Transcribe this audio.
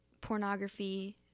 pornography